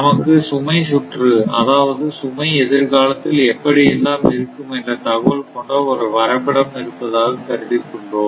நமக்கு சுமை சுற்று அதாவது சுமை எதிர்காலத்தில் எப்படி எல்லாம் இருக்கும் என்ற தகவல் கொண்ட ஒரு வரைபடம் இருப்பதாக கருதி கொள்வோம்